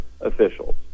officials